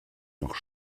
noch